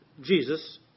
Jesus